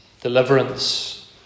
deliverance